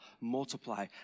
multiply